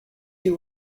you